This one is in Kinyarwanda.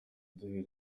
duhereye